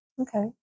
Okay